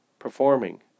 Performing